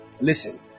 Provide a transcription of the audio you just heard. Listen